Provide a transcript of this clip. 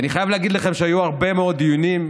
ואני חייב להגיד לכם שהיו הרבה מאוד דיונים,